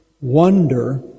wonder